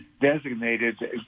designated